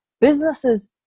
businesses